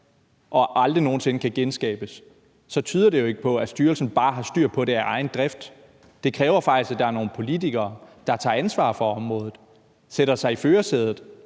og aldrig nogen sinde kan genskabes, tyder det jo ikke på, at styrelsen bare har styr på det af egen drift. Det kræver faktisk, at der er nogle politikere, der tager ansvar for området og sætter sig i førersædet